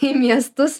į miestus